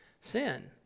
sin